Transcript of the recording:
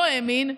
לא האמין,